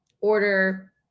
Order